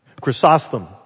Chrysostom